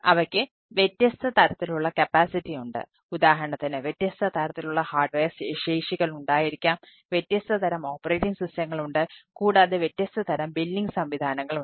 അവയ്ക്ക് വ്യത്യസ്ത തരത്തിലുള്ള കപ്പാസിറ്റി സംവിധാനങ്ങളുണ്ട്